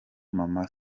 mama